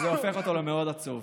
וזה הופך אותו למאוד עצוב.